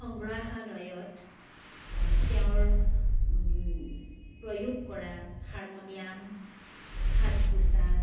সংগ্ৰাহালয়ত তেওঁৰ প্ৰয়োগ কৰা হাৰমনিয়াম সাজ পোচাক